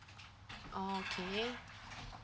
okay